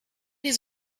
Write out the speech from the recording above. his